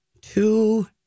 two